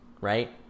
Right